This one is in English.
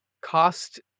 cost